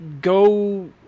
go